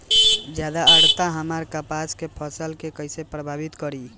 ज्यादा आद्रता हमार कपास के फसल कि कइसे प्रभावित करी?